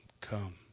come